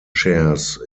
shares